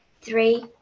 three